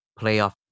playoff